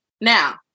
Now